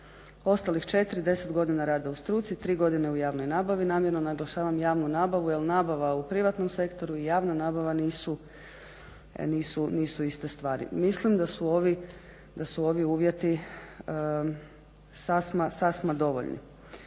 Ostalih 4 deset godina rada u struci, tri godine u javnoj nabavi namjerno naglašavam javnu nabavu jer nabava u privatnom sektoru i javna nabava nisu iste stvari. Mislim da su ovi uvjeti sasma dovoljni.